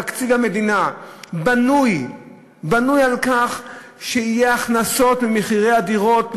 תקציב המדינה בנוי על כך שיהיו הכנסות ממחירי הדירות,